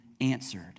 answered